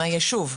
הישוב?